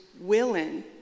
willing